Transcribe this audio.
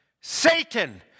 Satan